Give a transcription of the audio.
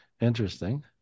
Interesting